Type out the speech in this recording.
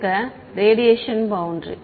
மாணவர் radiation boundary radiation boundary